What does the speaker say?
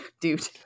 dude